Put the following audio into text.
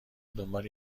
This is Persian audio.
دنبال